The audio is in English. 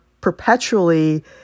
perpetually